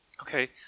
okay